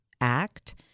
act